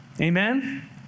amen